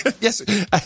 Yes